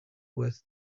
with